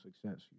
success